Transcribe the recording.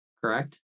correct